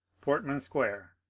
portman square,